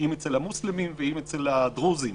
אם אצל המוסלמים ואם אצל הדרוזים.